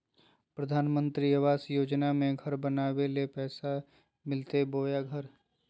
प्रधानमंत्री आवास योजना में घर बनावे ले पैसा मिलते बोया घर?